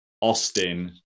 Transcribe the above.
Austin